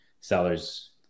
sellers